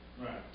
Right